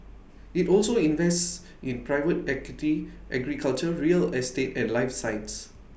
IT also invests in private equity agriculture real estate and life science